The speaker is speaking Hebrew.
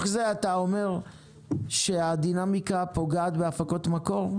אתה אומר שהדינמיקה פוגעת בהפקות מקור?